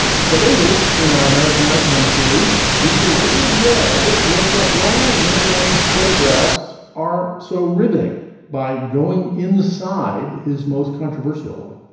for the latest in our american icon series, producer richard yei looks at why winogrand photographs are so riveting by going inside his most controversial one